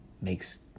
makes